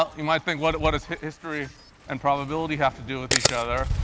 you might think, what what does history and probability have to do with each other?